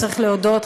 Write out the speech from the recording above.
צריך להודות,